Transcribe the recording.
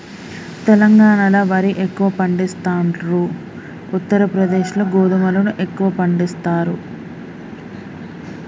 తెలంగాణాల వరి ఎక్కువ పండిస్తాండ్రు, ఉత్తర ప్రదేశ్ లో గోధుమలను ఎక్కువ పండిస్తారు